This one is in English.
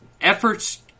efforts